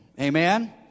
Amen